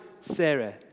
Sarah